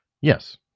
Yes